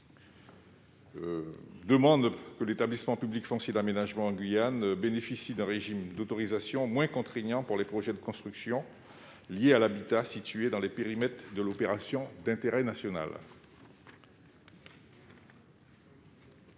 prévoit que l'établissement public foncier et d'aménagement de Guyane bénéficie d'un régime d'autorisation moins contraignant pour les projets de construction liés à l'habitat situé dans les périmètres de l'opération d'intérêt national.